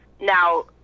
Now